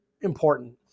important